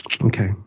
Okay